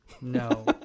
No